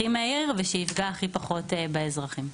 הכי מהיר ושיפגע הכי פחות באזרחים.